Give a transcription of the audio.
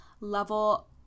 level